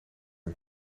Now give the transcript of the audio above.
het